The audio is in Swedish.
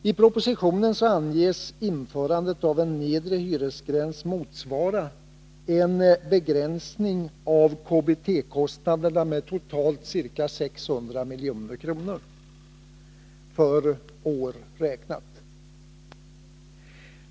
I propositionen anges införandet av en nedre hyresgräns motsvara en begränsning av KBT-kostnaderna med totalt ca 600 milj.kr., för år räknat.